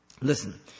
Listen